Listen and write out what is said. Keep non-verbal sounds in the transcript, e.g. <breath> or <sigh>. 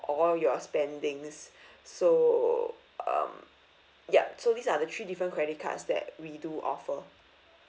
all your spendings <breath> so um ya so these are the three different credit cards that we do offer